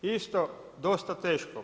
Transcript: Isto dosta teško.